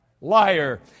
liar